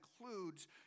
includes